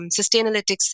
Sustainalytics